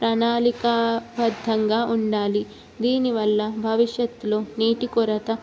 ప్రణాళికబద్ధంగా ఉండాలి దీనివల్ల భవిష్యత్తులో నీటి కొరత